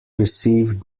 received